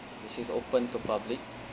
which is open to public